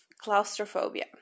claustrophobia